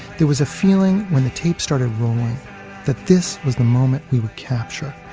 there was a feeling when the tape started rolling that this was the moment we would capture,